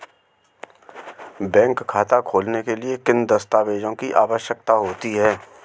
Bank खाता खोलने के लिए किन दस्तावेज़ों की आवश्यकता होती है?